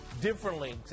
differently